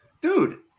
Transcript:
dude